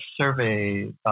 survey